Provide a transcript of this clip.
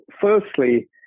firstly